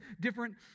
different